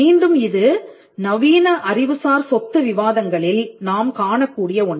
மீண்டும் இது நவீன அறிவுசார் சொத்து விவாதங்களில் நாம் காணக்கூடிய ஒன்று